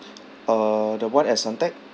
uh the one at suntec